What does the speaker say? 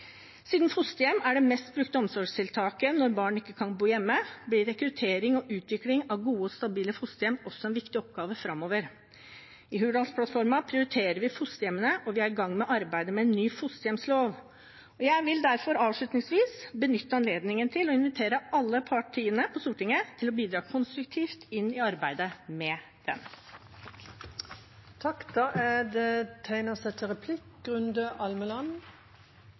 Siden fosterhjem er det mest brukte omsorgstiltaket når barn ikke kan bo hjemme, blir rekruttering og utvikling av gode, stabile fosterhjem også en viktig oppgave framover. I Hurdalsplattformen prioriterer vi fosterhjemmene, og vi er i gang med arbeidet med en ny fosterhjemslov. Jeg vil derfor avslutningsvis benytte anledningen til å invitere alle partiene på Stortinget til å bidra konstruktivt i arbeidet med den. Det blir replikkordskifte. Det er interessant å høre på holdningene til